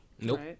Nope